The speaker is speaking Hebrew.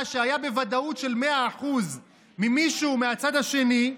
שהיה בוודאות של 100% ממישהו מהצד השני,